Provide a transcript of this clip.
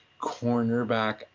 Cornerback